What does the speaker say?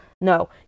No